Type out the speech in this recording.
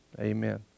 Amen